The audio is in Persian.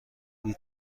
هیچ